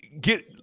get